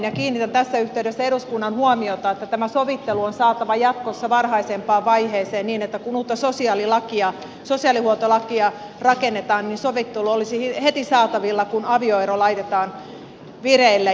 kiinnitän tässä yhteydessä eduskunnan huomiota että tämä sovittelu on saatava jatkossa varhaisempaan vaiheeseen niin että kun uutta sosiaalihuoltolakia rakennetaan sovittelu olisi heti saatavilla kun avioero laitetaan vireille